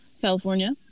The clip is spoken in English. California